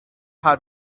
how